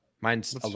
Mine's